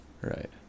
right